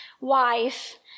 wife